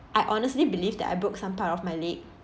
I honestly believe that I broke some part of my leg